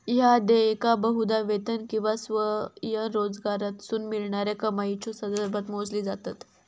ह्या देयका बहुधा वेतन किंवा स्वयंरोजगारातसून मिळणाऱ्या कमाईच्यो संदर्भात मोजली जातत